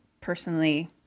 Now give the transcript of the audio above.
personally